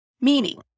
Meaning